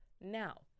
now